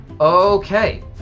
Okay